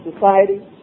society